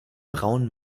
braunen